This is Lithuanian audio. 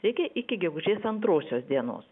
reikia iki gegužės antrosios dienos